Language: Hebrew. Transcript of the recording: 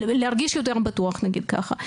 להרגיש יותר בטוח, נגיד ככה.